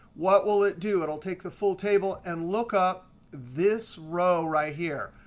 what will it do? it will take the full table and look up this row right here.